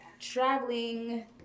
Traveling